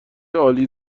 عالی